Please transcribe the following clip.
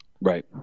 Right